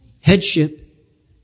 headship